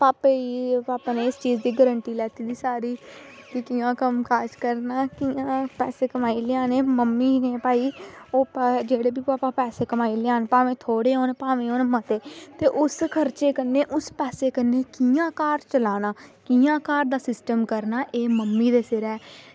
भापै ई भापै ने इस चीज़ दी गारंटी लैती दी साढ़ी की कियां कम्म काज़ करना ते कियां पैसे कमाई लैने मम्मी नै भई ओह् जेह्कड़े बी भापा पैसे कमाई लेआन भामें होन थोह्ड़े भामें होन मते ते उस खर्चे कन्नै उस पैसे कन्नै कियां घर चलाना कियां घर दा सिस्टम करना एह् मम्मी दे सिर ऐ